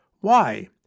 Why